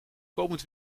komend